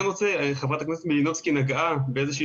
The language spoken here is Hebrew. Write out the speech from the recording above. חברת הכנסת מלינובסקי נגעה באיזושהי